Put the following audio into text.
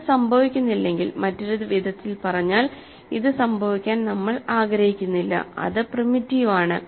അത് സംഭവിക്കുന്നില്ലെങ്കിൽ മറ്റൊരു വിധത്തിൽ പറഞ്ഞാൽ ഇത് സംഭവിക്കാൻ നമ്മൾ ആഗ്രഹിക്കുന്നില്ല അത് പ്രിമിറ്റീവ് ആണ്